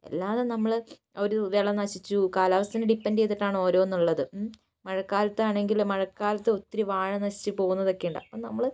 അല്ലാതെ നമ്മൾ ആ ഒരു വിള നശിച്ചു കാലാവസ്ഥേനെ ഡിപ്പെൻ്റ് ചെയ്തിട്ടാണ് ഓരോന്നുള്ളത് മഴക്കാലത്താണെങ്കിൽ മഴക്കാലത്ത് ഒത്തിരി വാഴ നശിച്ച് പോകുന്നതൊക്കെയുണ്ട് അപ്പോൾ നമ്മൾ